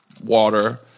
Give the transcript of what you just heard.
Water